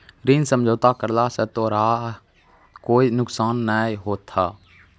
ऋण समझौता करला स तोराह कोय नुकसान नाय होथा